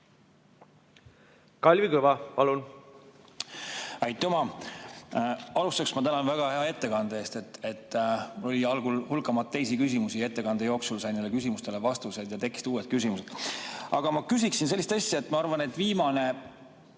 Kalvi Kõva, palun! Aitüma! Alustuseks ma tänan väga hea ettekande eest! Mul oli algul hulk teisi küsimusi, aga ettekande jooksul sain neile küsimustele vastuseid ja tekkisid uued küsimused. Aga ma küsiksin sellist asja. Ma arvan, et viimane